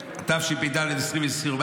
---) התשפ"ד 2024,